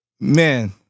Man